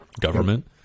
government